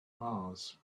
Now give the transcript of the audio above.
mars